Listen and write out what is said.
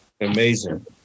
Amazing